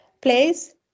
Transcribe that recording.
place